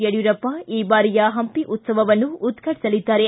ಯಡಿಯೂರಪ್ಪ ಈ ಬಾರಿಯ ಪಂಪಿ ಉತ್ಸವವನ್ನು ಉದ್ಘಾಟಿಸಲಿದ್ದಾರೆ